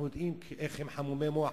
אנחנו יודעים איך הם חמומי מוח